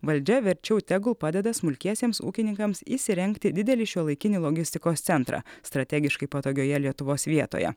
valdžia verčiau tegu padeda smulkiesiems ūkininkams įsirengti didelį šiuolaikinį logistikos centrą strategiškai patogioje lietuvos vietoje